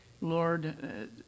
Lord